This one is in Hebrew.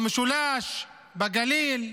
במשולש, בגליל.